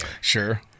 Sure